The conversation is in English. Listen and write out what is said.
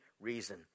reason